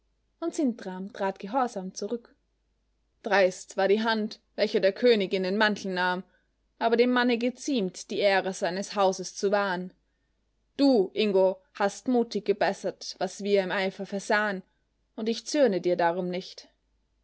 und sintram trat gehorsam zurück dreist war die hand welche der königin den mantel nahm aber dem manne geziemt die ehre seines hauses zu wahren du ingo hast mutig gebessert was wir im eifer versahen und ich zürne dir darum nicht